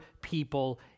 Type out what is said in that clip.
people